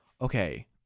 okay